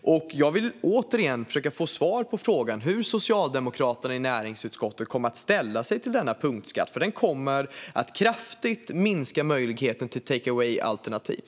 Jag vill återigen försöka få svar på hur Socialdemokraterna i näringsutskottet kommer att ställa sig till denna punktskatt. Den kommer att kraftigt minska möjligheten att erbjuda take away som alternativ.